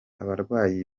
abarwayi